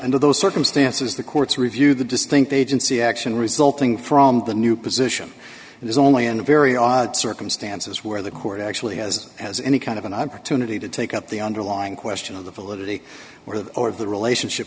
under those circumstances the courts review the distinct agency action resulting from the new position it is only in very odd circumstances where the court actually has as any kind of an opportunity to take up the underlying question of the validity or the or of the relationship